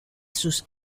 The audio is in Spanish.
sus